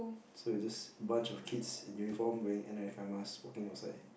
so we were just a bunch of kids in uniform wearing N ninety five mask walking outside